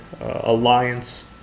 Alliance